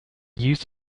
used